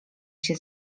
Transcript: się